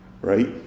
right